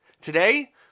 Today